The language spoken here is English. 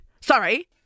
Sorry